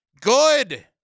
Good